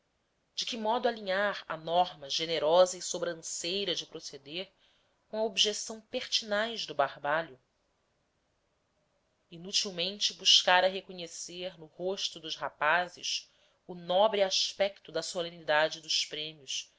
de que modo alinhar a norma generosa e sobranceira de proceder com a obsessão pertinaz do barbalho inutilmente buscara reconhecer no rosto dos rapazes o nobre aspecto da solenidade dos prêmios